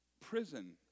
prison